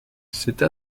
cette